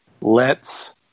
lets